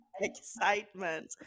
excitement